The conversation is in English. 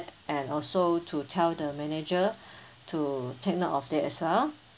and also to tell the manager to take note of that as well